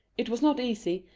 it was not easy,